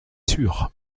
sure